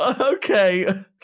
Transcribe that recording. Okay